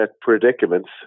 predicaments